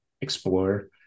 explore